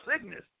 sickness